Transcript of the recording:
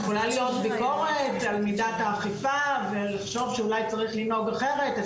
יכולה להיות ביקורת על מידת האכיפה ולחשוב שאולי צריך לנהוג אחרת.